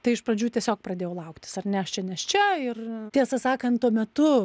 tai iš pradžių tiesiog pradėjau lauktis ar ne aš čia nėščia ir tiesą sakant tuo metu